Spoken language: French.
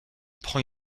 prend